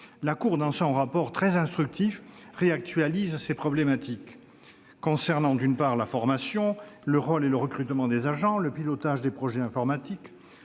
La Cour dans son rapport très instructif réactualise ces problématiques concernant la formation, le rôle et le recrutement des agents, le pilotage des projets informatiques,